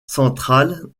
central